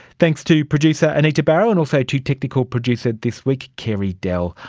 thanks to producer anita barraud, and also to technical producer this week carey dell.